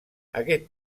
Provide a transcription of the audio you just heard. aquest